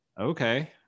Okay